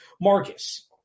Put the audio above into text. Marcus